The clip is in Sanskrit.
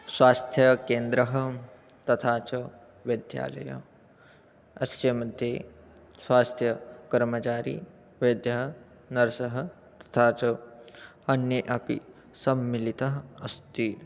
स्वास्थ्यकेन्द्रं तथा च वैद्यालयः अस्य मध्ये स्वास्थ्यकर्मचारी वैद्यः नर्सः तथा च अन्ये अपि सम्मिलिताः अस्ति